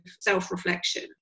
self-reflection